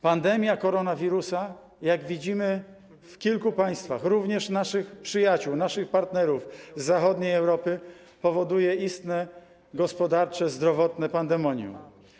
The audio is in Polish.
Pandemia koronawirusa, jak widzimy w kilku państwach, również u naszych przyjaciół, naszych partnerów z zachodniej Europy, powoduje istne gospodarcze, zdrowotne pandemonium.